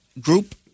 group